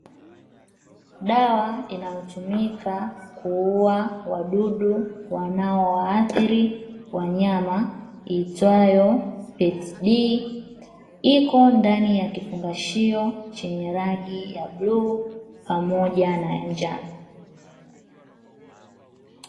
Dawa inayotumika kuua wadudu wanaowaathiri wanyama iitwayo Pet-D iko ndani ya kifungashio chenye rangi ya bluu pamoja na ya njano.